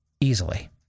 Easily